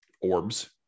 orbs